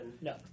No